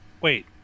Wait